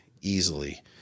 easily